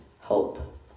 hope